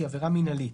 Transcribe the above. היא עבירה מינהלית.